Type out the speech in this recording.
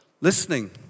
listening